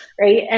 right